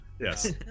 Yes